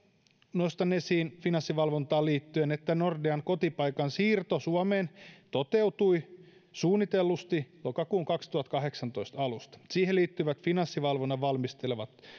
nostan esiin finanssivalvontaan liittyen että nordean kotipaikan siirto suomeen toteutui suunnitellusti lokakuun kaksituhattakahdeksantoista alusta siihen liittyvät finanssivalvonnan valmistelemat